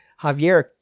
Javier